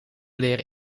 leren